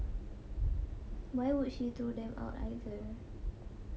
why would she threw them out either